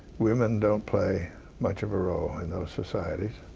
women don't play much of a role in those societies